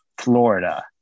florida